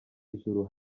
ijuru